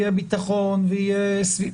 ביטחון וסביבה.